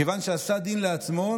כיוון שעשה דין לעצמו,